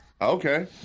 okay